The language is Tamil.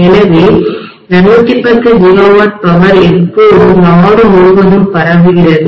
எனவே 210 GW பவர் எப்போதும் நாடு முழுவதும் பரவுகிறது